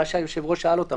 מה שהיושב-ראש שאל אותם.